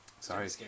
Sorry